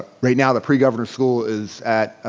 right now the pre-governor's school is at